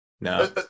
no